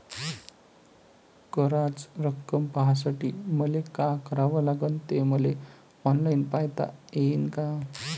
कराच रक्कम पाहासाठी मले का करावं लागन, ते मले ऑनलाईन पायता येईन का?